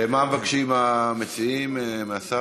מה מבקשים המציעים מהשר?